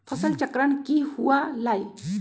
फसल चक्रण की हुआ लाई?